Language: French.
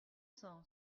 cent